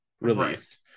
released